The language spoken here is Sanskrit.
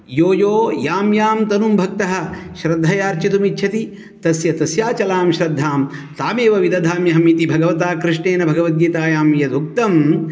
यो यो यां यां तनुं भक्तः श्रद्धयार्चितुम् इच्छति तस्य तस्याचलां श्रद्धां तामेव विदधाम्यहम् इति भगवता कृष्णेन भगवद्गीतायां यदुक्तं